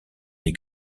les